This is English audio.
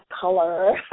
color